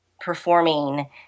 performing